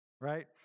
right